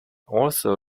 also